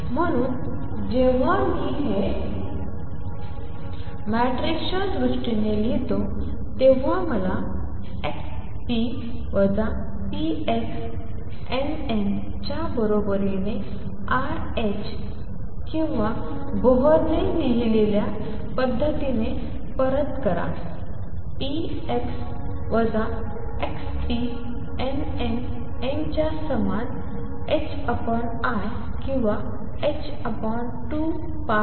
म्हणून जेव्हा मी हे मॅट्रिक्सच्या दृष्टीने लिहितो तेव्हा मला nn च्या बरोबरीने i किंवा बोहरने लिहिलेल्या पद्धतीने परत करा nn n समान i किंवा h2πi